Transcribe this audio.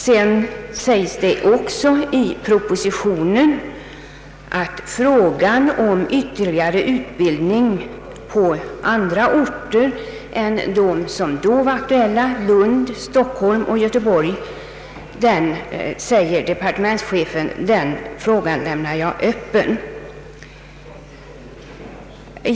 Det framhölls vidare i propositionen 73 år 1964 att frågan om ytterligare utbildning på andra orter än de som då var aktuella — Lund, Stockholm och Göteborg — lämnades öppen.